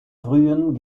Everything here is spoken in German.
frühen